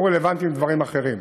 הם יהיו רלוונטיים לדברים אחרים.